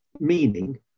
Meaning